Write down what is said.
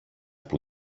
που